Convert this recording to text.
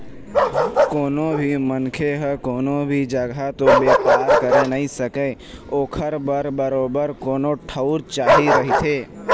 कोनो भी मनखे ह कोनो भी जघा तो बेपार करे नइ सकय ओखर बर बरोबर कोनो ठउर चाही रहिथे